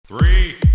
Three